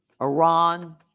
Iran